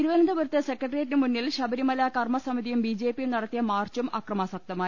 തിരുവനന്തപുരത്ത് സെക്രട്ടറിയേറ്റിന് മുന്നിൽ ശബരിമല കർമ സമിതിയും ബിജെപിയും നടത്തിയ മാർച്ചും അക്രമാസക്തമായി